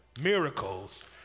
miracles